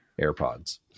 airpods